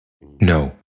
No